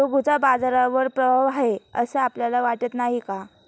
रघूचा बाजारावर प्रभाव आहे असं आपल्याला वाटत नाही का?